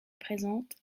présente